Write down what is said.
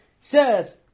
Says